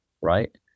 right